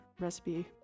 Recipe